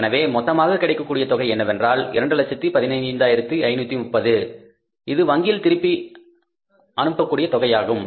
எனவே மொத்தமாக கிடைக்கக்கூடிய தொகை என்னவென்றால் 215530 இது வங்கியில் திருப்பி அனுப்பக் கூடிய தொகையாகும்